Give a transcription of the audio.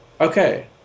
Okay